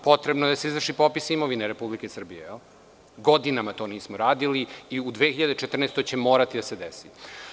Potrebno je da se izvrši popis imovine Republike Srbije, a godinama to nismo radili i u 2014. godini će morati to da se desi.